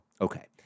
okay